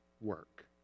work